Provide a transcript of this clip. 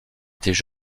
étaient